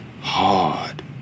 hard